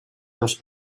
dos